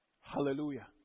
Hallelujah